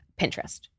Pinterest